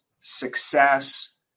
success